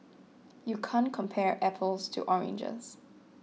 you can't compare apples to oranges